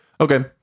Okay